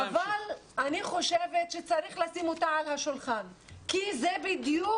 אני חושבת שצריך לשים אותה על השולחן כי זה בדיוק